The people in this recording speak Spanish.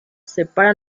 separan